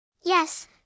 Yes